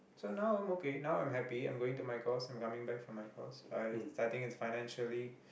so now I'm okay now I'm happy I'm going to my course I'm coming back from my course I starting financially